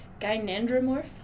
gynandromorph